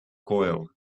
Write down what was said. coil